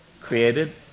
Created